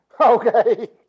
Okay